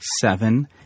seven